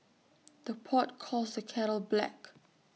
the pot calls the kettle black